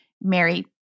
Mary